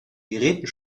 geräten